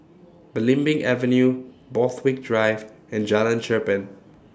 Belimbing Avenue Borthwick Drive and Jalan Cherpen